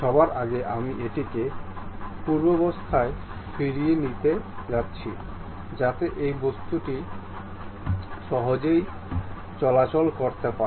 সবার আগে আমি এটিকে পূর্বাবস্থায় ফিরিয়ে নিয়ে যাচ্ছি যাতে এই বস্তুটি সহজেই চলাচল করতে পারে